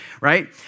right